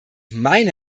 meine